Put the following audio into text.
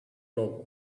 λόγο